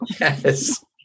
Yes